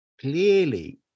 clearly